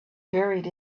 buried